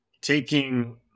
taking